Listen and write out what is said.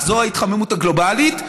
זו ההתחממות הגלובלית,